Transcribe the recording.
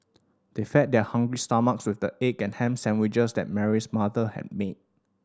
they fed their hungry stomachs with the egg and ham sandwiches that Mary's mother had made